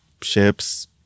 ships